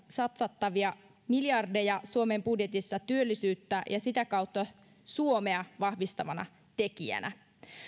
satsattavia miljardeja suomen budjetissa työllisyyttä ja sitä kautta suomea vahvistavana tekijänä